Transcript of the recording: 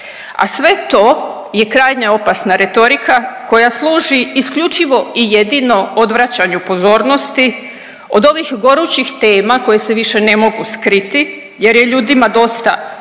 a sve to je krajnje opasna retorika koja služi isključivo i jedino odvraćanju pozornosti od ovih gorućih tema koji se više ne mogu skriti jer je ljudima dosta